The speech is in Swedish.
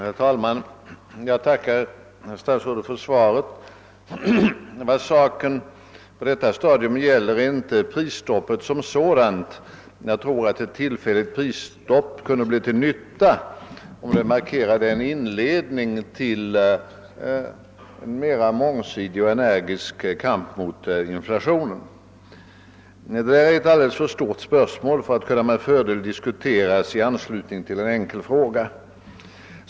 Herr talman! Jag tackar statsrådet Nilsson för svaret. Vad frågan gäller är på detta stadium inte prisstoppet som sådant. Jag tror att ett tillfälligt prisstopp kunde bli till nytta, om det markerade en inledning till en mera mångsidig och energisk kamp mot inflationen. Detta är emellertid ett alldeles för stort spörsmål för att med fördel kunna diskuteras i anslutning till en enkel fråga.